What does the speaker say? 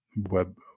web